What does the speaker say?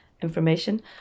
information